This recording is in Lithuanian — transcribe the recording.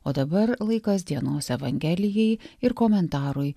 o dabar laikas dienos evangelijai ir komentarui